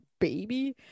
baby